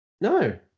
No